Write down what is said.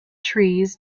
trees